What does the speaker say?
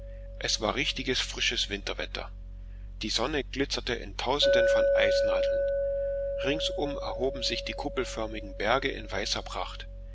es war richtiges frisches winterwetter die sonne glitzerte in tausenden von eisnadeln ringsum erhoben sich die kuppelförmigen berge in weißer pracht